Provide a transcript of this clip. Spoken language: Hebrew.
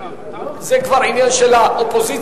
זה כבר עניין של האופוזיציה.